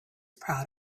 proud